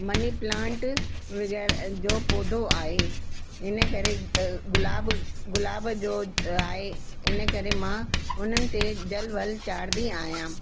money plant वग़ैरह जो पौधो आहे इन करे गुलाब गुलाब जो आहे इन करे मां हुननि ते जल वल चाढ़ींदी आहियां